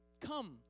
come